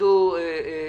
דודו שטיינמץ,